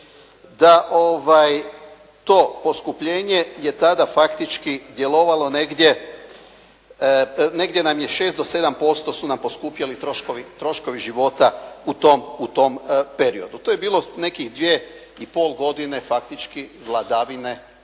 da to poskupljenje je tada faktički djelovalo negdje, negdje nam je 6 do 7% su nam poskupjeli troškovi života u tom periodu. To je bilo nekih dvije i pol godine faktički vladavine tadašnje